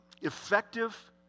effective